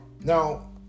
Now